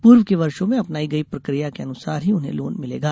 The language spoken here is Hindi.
पूर्व के वर्षो में अपनाई गई प्रक्रिया के अनुसार ही उन्हें लोन मिलेगा